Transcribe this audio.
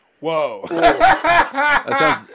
Whoa